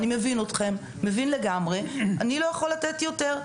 אני מבין אתכם לגמרי, אבל לא יכול לתת יותר".